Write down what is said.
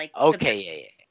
Okay